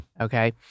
Okay